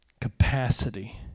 capacity